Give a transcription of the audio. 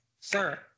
Sir